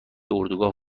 اردوگاه